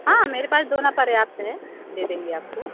हाँ मेरे पास दोना पर्याप्त है दे देंगे आपको